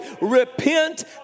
Repent